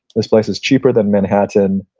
this place is cheaper than manhattan,